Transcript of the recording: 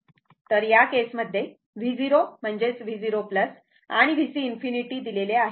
तर या केसमध्ये V 0 म्हणजेच V 0 आणि VC ∞ दिलेले आहे